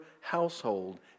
household